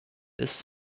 this